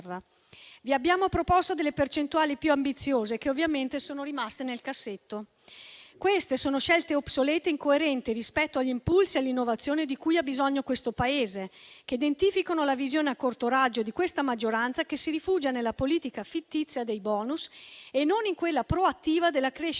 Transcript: Vi abbiamo proposto delle percentuali più ambiziose, che ovviamente sono rimaste nel cassetto. Si tratta di scelte obsolete e incoerenti rispetto agli impulsi all'innovazione di cui ha bisogno questo Paese e che identificano la visione a corto raggio di questa maggioranza che si rifugia nella politica fittizia dei *bonus* e non in quella proattiva della crescita